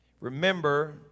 Remember